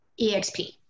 exp